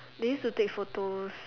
they used to take photos